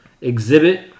Exhibit